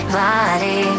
body